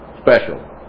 special